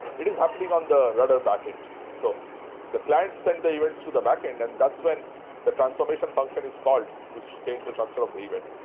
it is happening on the rudder backend. so the client send the events to the backend, and that's when the transformation function is called to change the structure of the event.